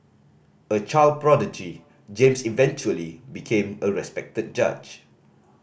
a child prodigy James eventually became a respected judge